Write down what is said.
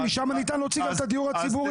משם ניתן גם להוציא את הדיור הציבורי.